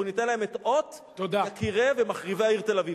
אנחנו ניתן להם את "אות יקירי ומחריבי העיר תל-אביב".